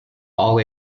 all